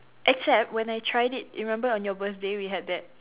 except when I tried it you remember on your birthday we had that